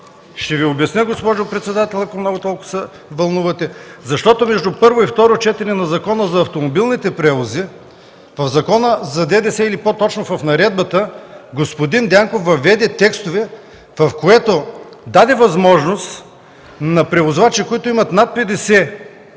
Ще Ви обясня, госпожо председател, ако толкова много се вълнувате. Защото между първо и второ четене на Закона за автомобилните превози, в Закона за ДДС или по-точно в наредбата, господин Дянков въведе текстове, с което даде възможност на превозвачи, които имат над 50 автобуса,